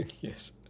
Yes